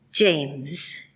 James